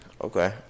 Okay